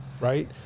right